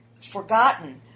forgotten